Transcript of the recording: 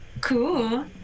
Cool